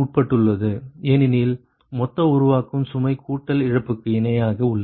உட்பட்டுள்ளது ஏனெனில் மொத்த உருவாக்கம் சுமை கூட்டல் இழப்புக்கு இணையாக உள்ளது